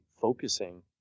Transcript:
focusing